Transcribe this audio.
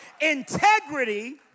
Integrity